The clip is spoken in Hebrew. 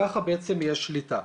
ככה בעצם יש שליטה.